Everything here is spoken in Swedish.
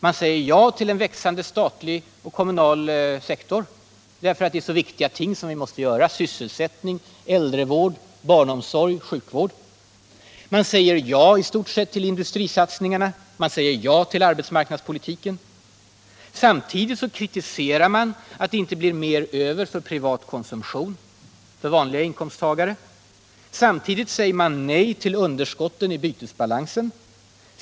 Man säger ja till en växande statlig och kommunal sektor, därför att det är så viktiga uppgifter som vi där måste klara: sysselsättning, äldrevård, barnomsorg och sjukvård. Man säger i stort sett ja till industrisatsningarna, och man säger ja till arbetsmarknadspolitiken. Samtidigt kritiserar man att det inte blir mer över till privat konsumtion för vanliga inkomsttagare. Sedan säger man nej till underskotten i bytesbalansen.